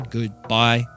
Goodbye